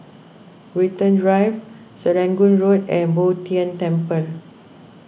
Watten Drive Serangoon Road and Bo Tien Temple